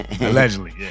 Allegedly